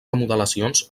remodelacions